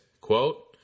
quote